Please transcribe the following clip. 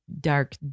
dark